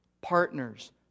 partners